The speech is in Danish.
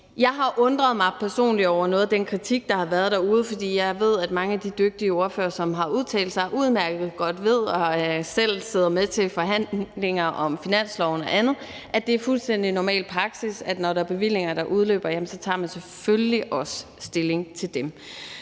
Jeg har undret mig personligt over noget af den kritik, der har været derude, for jeg ved, at mange af de dygtige ordførere, som har udtalt sig, og som selv sidder med til forhandlinger om finansloven og andet, udmærket godt ved, at det er fuldstændig normal praksis, at når der er bevillinger, der udløber, så tager man selvfølgelig også stilling til dem.